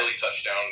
touchdown